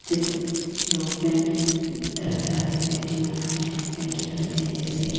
चित्र लोग पेंट तरह तरह के पेंटिंग बनाते हैं पेंट करते हैं जैसे